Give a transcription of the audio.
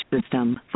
system